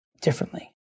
differently